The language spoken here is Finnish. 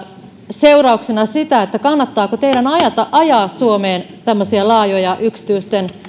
seurauksena sitä kannattaako teidän ajaa suomeen tämmöisiä laajoja yksityisten